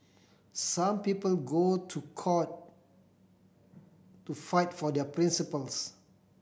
some people go to court to fight for their principles